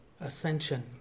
ascension